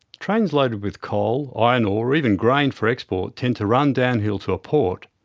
trains loaded with coal, iron ore or even grain for export tend to run downhill to a port,